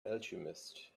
alchemist